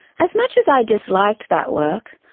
as much as i disliked that work,